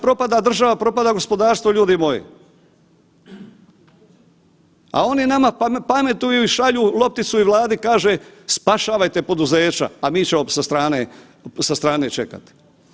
Propada država, propada gospodarstvo ljudi moji, a oni nama pametuju i šalju lopticu i Vladi, kaže spašavajte poduzeća, a mi ćemo sa strane, sa strane čekati.